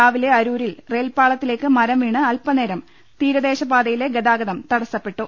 രാവിലെ അരൂ രിൽ റെയിൽപാളത്തിലേക്ക് മരം വീണ് അൽപ്പനേരം തീരദേശ പാതയിലെ ഗതാഗതം തടസ്സപ്പെട്ടു